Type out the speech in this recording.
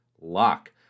lock